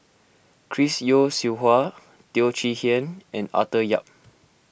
Chris Yeo Siew Hua Teo Chee Hean and Arthur Yap